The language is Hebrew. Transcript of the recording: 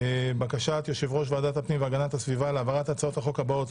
בקשת יושב-ראש ועדת הפנים והגנת הסביבה להעברת הצעות החוק הבאות,